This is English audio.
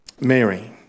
Mary